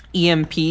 EMP